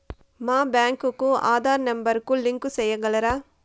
మా బ్యాంకు కు ఆధార్ నెంబర్ కు లింకు సేయగలరా?